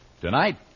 Tonight